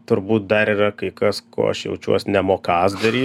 turbūt dar yra kai kas ko aš jaučiuos nemokąs dary